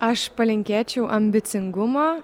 aš palinkėčiau ambicingumo